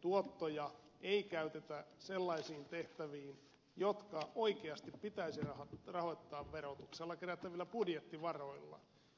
tuottoja ei käytetä sellaisiin tehtäviin jotka oikeasti pitäisi rahoittaa verotuksella kerättävillä budjettivaroilla